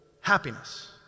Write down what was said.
happiness